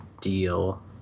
deal